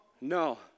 No